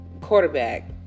quarterback